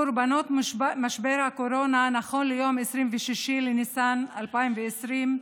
קורבנות משבר הקורונה נכון ליום 26 באפריל 2020,